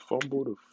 fumbled